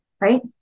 right